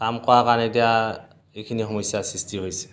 কাম কৰাৰ কাৰণে এতিয়া এইখিনি সমস্যাৰ সৃষ্টি হৈছে